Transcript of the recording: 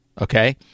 Okay